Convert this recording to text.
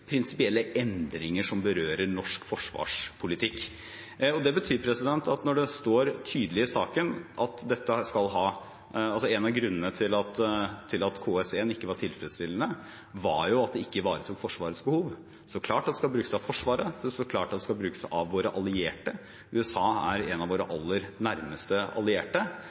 prinsipielle endringer som berører norsk forsvarspolitikk. Det står tydelig i saken at en av grunnene til at KS1 ikke var tilfredsstillende, var at det ikke ivaretok Forsvarets behov. Så klart det skal brukes av Forsvaret, så klart det skal brukes av våre allierte. USA er en av våre aller nærmeste allierte.